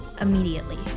immediately